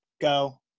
Go